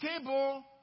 table